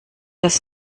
das